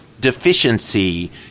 deficiency